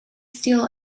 still